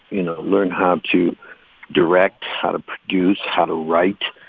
you know, learn how to direct, how to produce, how to write,